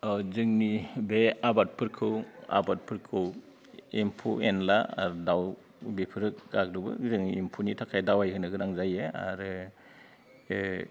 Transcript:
जोंनि बे आबादफोरखौ आबादफोरखौ एम्फौ एनला आरो दाउ बेफोरो गाग्लोबो जोङो एमफौनि थाखाय दावाइ होनो गोनां जायो आरो बे